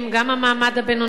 גם המעמד הבינוני,